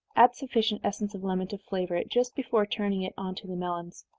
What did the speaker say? add sufficient essence of lemon to flavor it, just before turning it on to the melons.